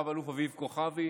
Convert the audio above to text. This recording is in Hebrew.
רב-אלוף אביב כוכבי,